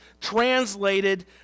translated